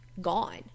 gone